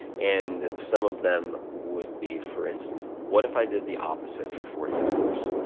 and some of them would be, for instance, what if i did the opposite for forty eight hours?